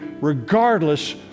regardless